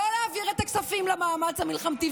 לא להעביר את הכספים למאמץ המלחמתי.